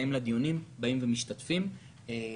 עלה נושא חדש על-ידי חבר הכנסת שלמה קרעי,